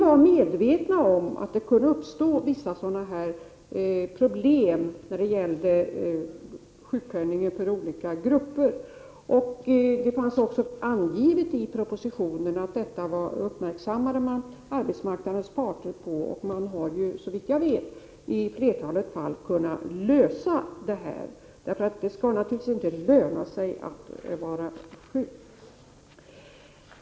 Vi var medvetna om att det skulle kunna uppstå vissa problem när det gäller sjukpenningen för olika grupper. Det angavs också i propositionen att arbetsmarknadens parter uppmärksammades på detta. Och såvitt jag vet har dessa problem i de flesta fall kunnat lösas, eftersom det naturligtvis inte skall löna sig att vara sjuk.